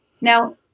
Now